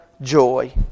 joy